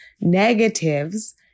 negatives